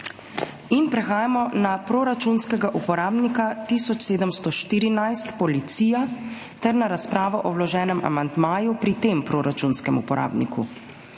Prehajamo na proračunskega uporabnika 1714 Policija ter na razpravo o vloženem amandmaju pri tem proračunskem uporabniku.